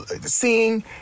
seeing